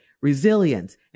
resilience